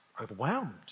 overwhelmed